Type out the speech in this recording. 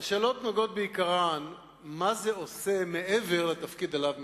בעיקר על למה זה עושה מעבר לתפקיד שעליו מדובר.